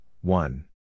one